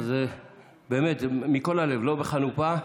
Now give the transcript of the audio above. זה מכל הלב, לא בחנופה.